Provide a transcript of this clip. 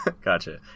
Gotcha